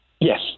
Yes